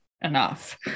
enough